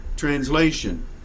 translation